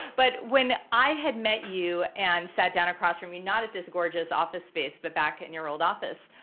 but when i had met you and sat down across from you not at this gorgeous office space but back in your old office